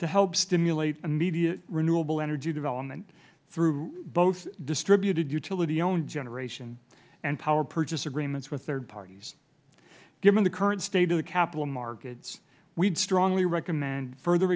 to help stimulate immediate renewable energy development through both distributed utility owned generation and power purchase agreements with third parties given the current state of the capital markets we strongly recommend further